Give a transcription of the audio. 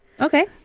Okay